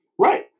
Right